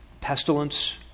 pestilence